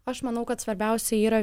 aš manau kad svarbiausia yra